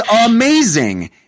amazing